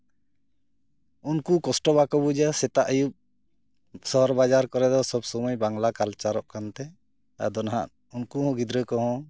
ᱩᱱᱠᱩ ᱠᱚᱥᱴᱚ ᱵᱟᱠᱚ ᱵᱩᱡᱟ ᱥᱮᱛᱟᱜ ᱟᱹᱭᱩᱵ ᱥᱚᱦᱚᱨ ᱵᱟᱡᱟᱨ ᱠᱚᱨᱮᱫᱚ ᱥᱚᱵ ᱥᱚᱢᱚᱭ ᱵᱟᱝᱞᱟ ᱠᱟᱞᱪᱟᱨᱚᱜ ᱠᱟᱱᱛᱮ ᱟᱫᱚ ᱱᱟᱜ ᱩᱱᱠᱩ ᱜᱤᱫᱽᱨᱟᱹ ᱠᱚᱦᱚᱸ